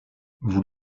vous